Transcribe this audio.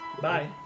Bye